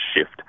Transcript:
shift